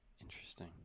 Interesting